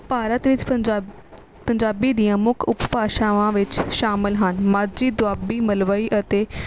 ਭਾਰਤ ਵਿੱਚ ਪੰਜਾਬ ਪੰਜਾਬੀ ਦੀਆਂ ਮੁੱਖ ਉਪ ਭਾਸ਼ਾਵਾਂ ਵਿੱਚ ਸ਼ਾਮਿਲ ਹਨ ਮਾਝੀ ਦੁਆਬੀ ਮਲਵਈ ਅਤੇ